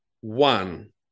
one